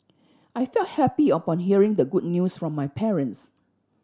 I felt happy upon hearing the good news from my parents